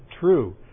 true